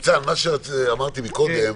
ניצן, מה שאמרתי קודם,